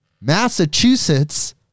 Massachusetts